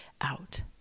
out